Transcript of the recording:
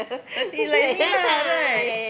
thirty like me lah right